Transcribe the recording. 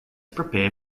prepare